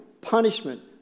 punishment